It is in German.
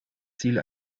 ziel